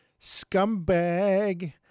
Scumbag